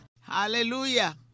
Hallelujah